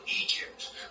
Egypt